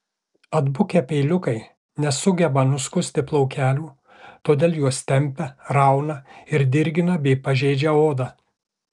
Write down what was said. atbukę peiliukai nesugeba nuskusti plaukelių todėl juos tempia rauna ir dirgina bei pažeidžia odą